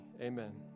amen